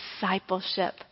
discipleship